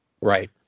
Right